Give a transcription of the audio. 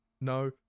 no